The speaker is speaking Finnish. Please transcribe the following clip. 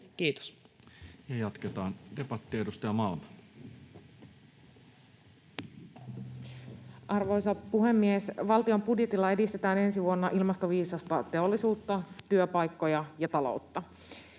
Kiitos. Ja jatketaan debattia. — Edustaja Malm. Arvoisa puhemies! Valtion budjetilla edistetään ensi vuonna ilmastoviisasta teollisuutta, työpaikkoja ja taloutta.